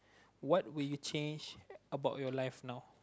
what would you change about your life now